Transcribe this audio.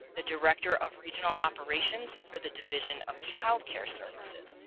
the director of regional operations for the division of child care services.